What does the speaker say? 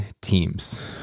teams